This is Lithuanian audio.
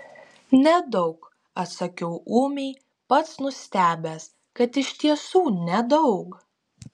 nedaug atsakiau ūmiai pats nustebęs kad iš tiesų nedaug